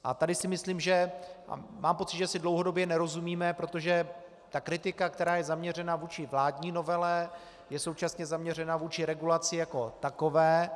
A tady si myslím, že mám pocit, že si dlouhodobě nerozumíme, protože ta kritika, která je zaměřena vůči vládní novele, je současně zaměřena vůči regulaci jako takové.